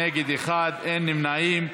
נגד, אחד, אין נמנעים.